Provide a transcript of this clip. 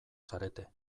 zarete